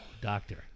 doctor